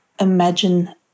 imagine